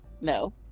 no